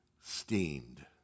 Steamed